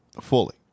Fully